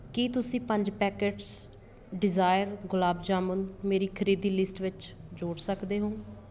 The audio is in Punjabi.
ਕੀ ਤੁਸੀਂ ਪੰਜ ਪੈਕੇਟਸ ਡਿਜ਼ਾਇਰ ਗੁਲਾਬ ਜਾਮੁਨ ਮੇਰੀ ਖਰੀਦੀ ਲਿਸਟ ਵਿੱਚ ਜੋੜ ਸਕਦੇ ਹੋ